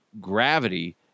gravity